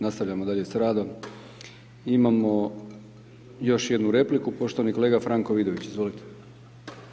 Nastavljamo dalje s radom, imamo još jednu repliku, poštovani kolega Franko Vidović, izvolite.